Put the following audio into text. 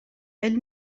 elle